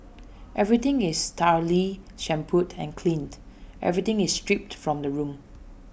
everything is thoroughly shampooed and cleaned everything is stripped from the room